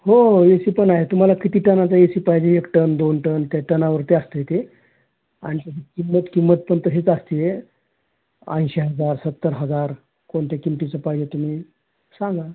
हो A C पण आहे तुम्हाला किती टनांचा ए सी पाहिजे आहे एक टन दोन टन त्या टनावर ते असतं आहे ते आणि त्याची किंमत किंमत पण तशीच असते आहे ऐंशी हजार सत्तर हजार कोणत्या किंमतीचं पाहिजे आहे तुम्ही सांगा